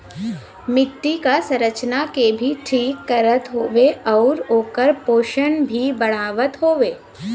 मट्टी क संरचना के भी ठीक करत हउवे आउर ओकर पोषण भी बढ़ावत हउवे